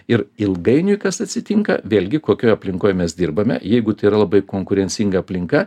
ir ilgainiui kas atsitinka vėlgi kokioj aplinkoj mes dirbame jeigu tai yra labai konkurencinga aplinka